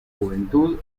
juventud